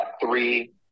Three